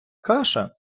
каша